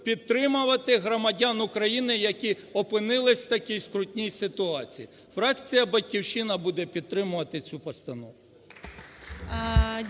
підтримувати громадян України, які опинились в такій скрутній ситуації. Фракція "Батьківщина" буде підтримувати цю постанову.